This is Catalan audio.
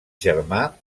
germà